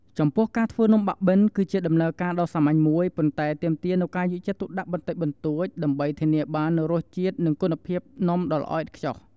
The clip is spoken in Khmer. ចំពោះ ការធ្វើនំបាក់បិន គឺជាដំណើរការដ៏សាមញ្ញមួយ ប៉ុន្តែទាមទារនូវការយកចិត្តទុកដាក់បន្តិចបន្តួច ដើម្បីធានាបាននូវរសជាតិ និងគុណភាពនំដ៏ល្អឥតខ្ចោះ។